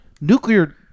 nuclear